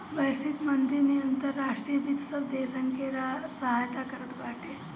वैश्विक मंदी में अंतर्राष्ट्रीय वित्त सब देसन के सहायता करत बाटे